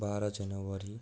बाह्र जनवरी